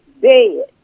dead